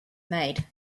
made